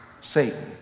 Satan